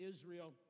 Israel